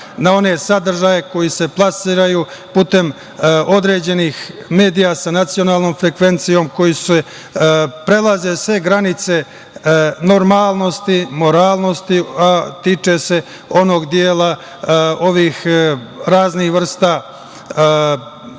na one sadržaje koji se plasiraju putem određenih medija sa nacionalnom frekvencijom, koji prelaze sve granice normalnosti, moralnosti, a tiče se onog dela ovih raznih vrsta